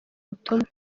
butumwa